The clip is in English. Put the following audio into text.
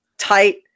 tight